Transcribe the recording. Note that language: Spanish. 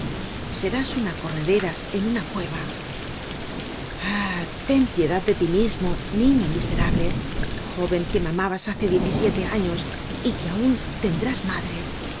serás una corredera en una cueva ah ten piedad de tí mismo niño miserable jóven que mamabas hace diez y siete años y que aun tendrás madre